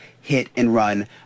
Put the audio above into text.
hit-and-run